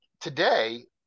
today